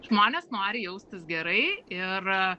žmonės nori jaustis gerai ir